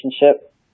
relationship